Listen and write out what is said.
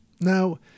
Now